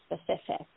specific